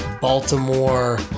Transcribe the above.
Baltimore